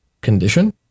condition